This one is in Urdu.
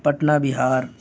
پٹنہ بہار